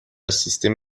سیستم